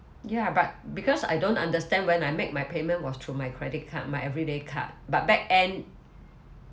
ya but because I don't understand when I make my payment was through my credit card my everyday card but back end